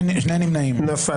נפל.